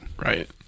Right